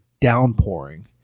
downpouring